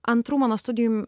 antrų mano studijų